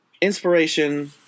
inspiration